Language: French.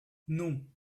non